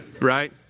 right